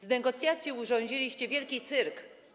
Z negocjacji urządziliście wielki cyrk.